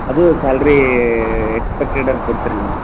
ಅದು ಸ್ಯಾಲ್ರೀ ಎಕ್ಸ್ಪೆಕ್ಟೆಡಾಗಿ ಕೊಡೀರಾ ಮೇಡಮ್